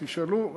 תשאלו,